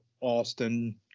Austin